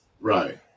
right